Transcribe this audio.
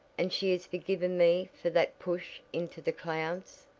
and she has forgiven me for that push into the clouds?